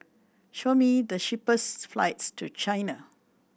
show me the cheapest flights to China